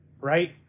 right